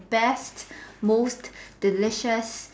best most delicious